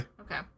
okay